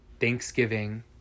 Thanksgiving